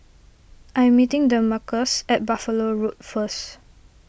I'm meeting Demarcus at Buffalo Road first